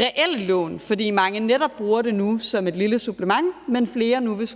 reelle lån. Mange bruger det netop det nu som et lille supplement, men flere vil